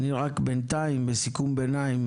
אני רק בינתיים בסיכום ביניים,